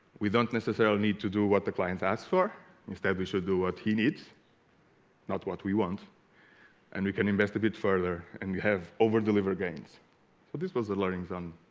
we don't necessarily need to do what the clients asked for instead we should do what he needs not what we want and we can invest a bit further and you have over-deliver games so this was the learning zone